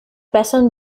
bessern